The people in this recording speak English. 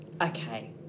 Okay